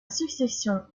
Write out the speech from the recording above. succession